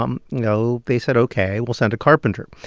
um know, they said, ok, we'll send a carpenter.